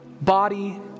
body